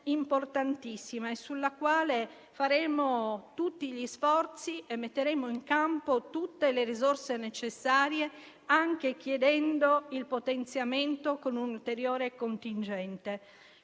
importantissima sulla quale faremo tutti gli sforzi e metteremo in campo tutte le risorse necessarie, anche chiedendo il potenziamento con un ulteriore contingente.